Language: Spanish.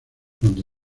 donde